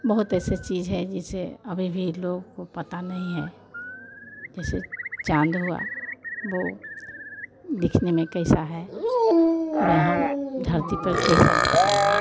बहुत ऐसी चीज़ है जिसे अभी भी लोगों को पता नहीं है जैसे चाँद हुआ वह दिखने में कैसा है और यहाँ धरती पर कैसा दिखता है